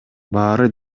баары